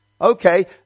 Okay